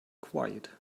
quiet